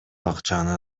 акчаны